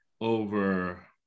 over